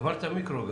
אמרת מיקרו גל,